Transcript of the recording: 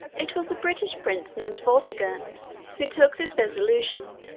it was a british prince named vortigern who took this resolution,